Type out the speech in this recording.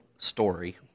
story